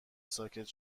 ساکت